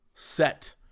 set